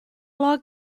log